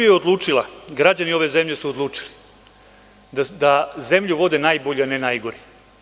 Srbija je odlučila i građani ove zemlje su odlučili da zemlju vode najbolji, a ne najgori.